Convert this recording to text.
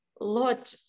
lord